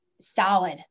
solid